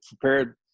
prepared